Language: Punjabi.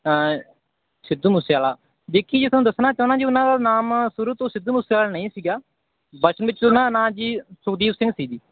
ਸਿੱਧੂ ਮੂਸੇਆਲਾ ਦੇਖੀ ਜੇ ਤੁਹਾਨੂੰ ਦੱਸਣਾ ਚਾਹੁੰਦਾ ਜੀ ਉਹਨਾਂ ਦਾ ਨਾਮ ਸ਼ੁਰੂ ਤੋਂ ਸਿੱਧੂ ਮੂਸੇਆਲਾ ਨਹੀਂ ਸੀਗਾ ਬਚਪਨ ਵਿੱਚ ਉਹਨਾਂ ਨਾਂ ਜੀ ਸੁਭਦੀਪ ਸਿੰਘ ਸੀ ਜੀ